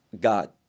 God